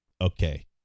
okay